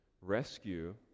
rescue